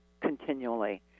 continually